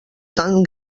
tan